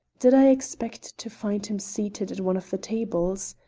did i expect to find him seated at one of the tables?